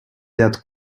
that